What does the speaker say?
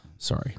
Sorry